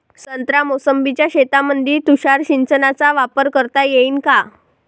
संत्रा मोसंबीच्या शेतामंदी तुषार सिंचनचा वापर करता येईन का?